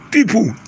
People